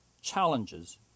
challenges